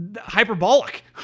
hyperbolic